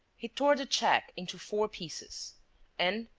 he tore the cheque into four pieces and,